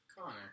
Connor